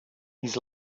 his